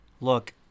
Look